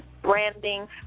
branding